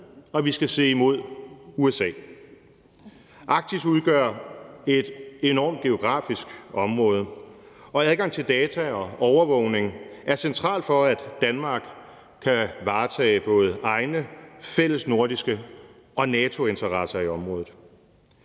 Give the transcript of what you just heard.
og vi skal se imod USA. Arktis udgør et enormt geografisk område, og adgang til data og overvågning er centralt for, at Danmark kan varetage både egne, fællesnordiske og NATO's interesser i området.